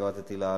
שפירטתי לעיל.